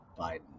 Biden